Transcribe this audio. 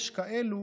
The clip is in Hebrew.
יש כאלה